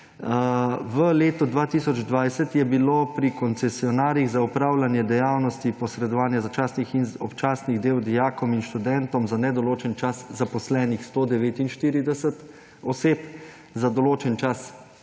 V letu 2020 je bilo pri koncesionarjih za opravljanje dejavnosti posredovanja začasnih in občasnih del dijakom in študentom za nedoločen čas zaposlenih 149 oseb, za določen čas